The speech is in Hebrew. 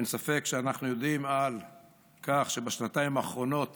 אין ספק, אנחנו יודעים שבשנתיים האחרונות